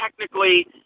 technically